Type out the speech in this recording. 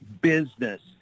business